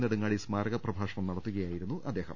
നെടുങ്ങാടി സ്മാരക പ്രഭാ ഷണം നടത്തുകയായിരുന്നു അദ്ദേഹം